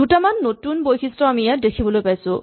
দুটামান নতুন বৈশিষ্ট আমি ইয়াত দেখিবলৈ পাইছো